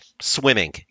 swimming